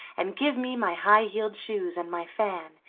and give me my high-heeled shoes and my fan,